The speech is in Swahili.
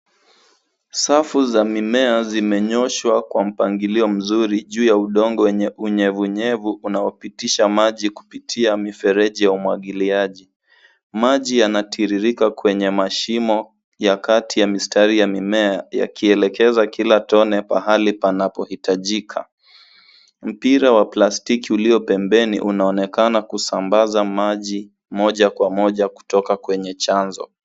Safu za mimea zinenyoshwa kwa mpangilio mzuri juu ya udongo wenye unyevunyevu juu ya mimea unaopitisha maji kwa mifereji ya umwagiliaji. Maji yanatiririka kwenye mashimo ya kati ya mistari ya mimea yakielekeza kila tone pahali panapohitajika. Mpira wa plastiki ulio pembeni unaonekana kusambaza maji moja kwa moja kutoka kwenye chanzo.